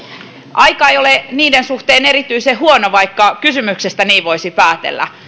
aika ei ole niiden suhteen erityisen huono vaikka kysymyksestä niin voisi päätellä